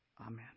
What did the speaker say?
Amen